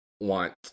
want